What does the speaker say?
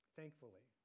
Thankfully